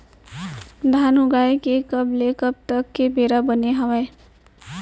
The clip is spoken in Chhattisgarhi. धान उगाए के कब ले कब तक के बेरा बने हावय?